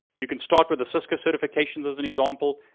you can start with the cisco certifications as an example.